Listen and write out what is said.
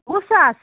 وُہ ساس